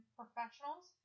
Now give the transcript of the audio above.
professionals